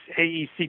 AEC